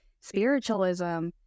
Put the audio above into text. spiritualism